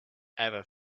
ever